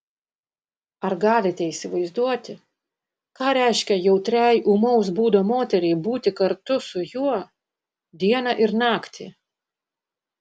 ar galite įsivaizduoti ką reiškia jautriai ūmaus būdo moteriai būti kartu su juo dieną ir naktį